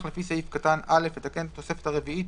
לפי סעיף קטן (א) לתקן את התוספת הרביעית,